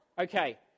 Okay